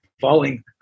falling